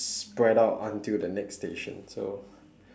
spread out until the next station so